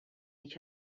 each